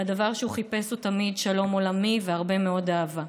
והדבר שהוא חיפש לו תמיד: שלום עולמי והרבה מאוד אהבה.